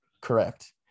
Correct